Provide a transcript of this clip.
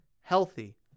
healthy